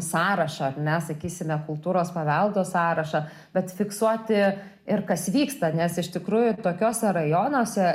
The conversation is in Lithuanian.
sąrašą ar ne sakysime kultūros paveldo sąrašą bet fiksuoti ir kas vyksta nes iš tikrųjų tokiuose rajonuose